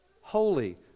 holy